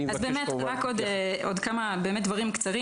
עוד כמה דברים קצרים.